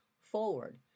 forward